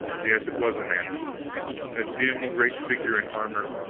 yes, it was a man a dim great figure in armor,